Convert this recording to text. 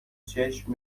چشم